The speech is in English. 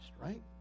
right